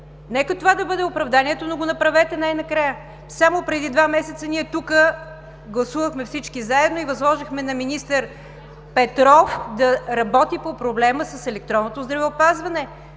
Нека това да бъде оправданието, но го направете най-накрая. Само преди два месеца ние всички заедно тук гласувахме и възложихме на министър Петров да работи по проблема с електронното здравеопазване.